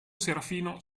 serafino